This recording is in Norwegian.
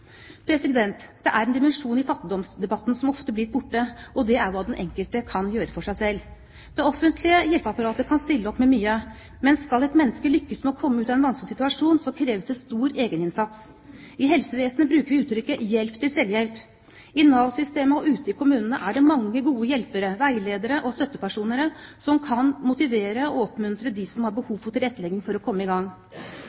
Det er én dimensjon i fattigdomsdebatten som ofte blir borte, og det er hva den enkelte kan gjøre for seg selv. Det offentlige hjelpeapparatet kan stille opp med mye, men skal et menneske lykkes med å komme ut av en vanskelig situasjon, krever det stor egeninnsats. I helsevesenet bruker vi uttrykket hjelp til selvhjelp. I Nav-systemet og ute i kommunene er det mange gode hjelpere, veiledere og støttepersoner som kan motivere og oppmuntre dem som har